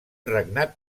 regnat